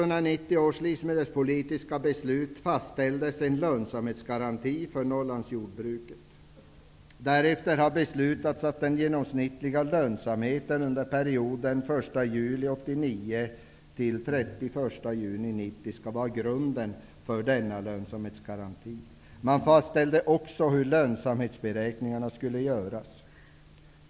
Därefter har det beslutats att den genomsnittliga lönsamheten under perioden 1 juli 1989--31 juni 1990 skall vara grunden för denna lönsamhetsgaranti. Man fastställde också hur lönsamhetsberäkningarna skulle göras.